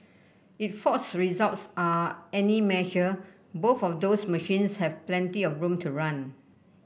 if Ford's results are any measure both of those machines have plenty of room to run